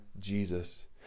jesus